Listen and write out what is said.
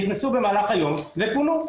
נכנסו במהלך היום ופונו.